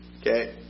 okay